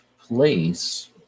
place